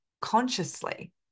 consciously